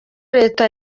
leta